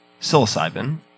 psilocybin